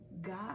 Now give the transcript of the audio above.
god